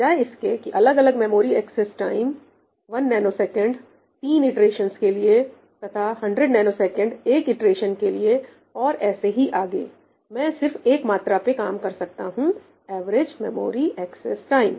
बजाय इसके कि अलग अलग मेमोरी एक्सेस टाइम 1ns तीन इटरेशंस के लिए तथा 100ns एक इटरेशन के लिए और ऐसे ही आगे मैं सिर्फ एक मात्रा पर काम कर सकता हूं एवरेज मेमोरी एक्सेस टाइम